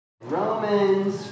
Romans